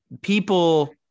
people